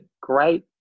great